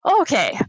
okay